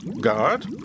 Guard